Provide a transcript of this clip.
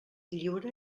lliure